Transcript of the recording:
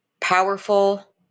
powerful